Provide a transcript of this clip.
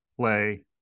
play